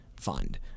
Fund